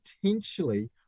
potentially